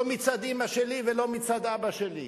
לא מצד אמא שלי ולא מצד אבא שלי.